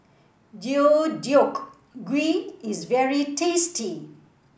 Deodeok Gui is very tasty